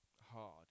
hard